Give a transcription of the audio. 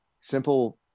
Simple